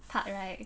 part right